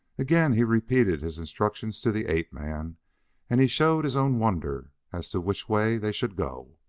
again he repeated his instructions to the ape-man, and he showed his own wonder as to which way they should go.